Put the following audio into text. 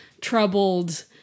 troubled